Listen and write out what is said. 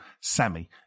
Sammy